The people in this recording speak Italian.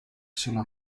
sono